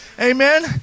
Amen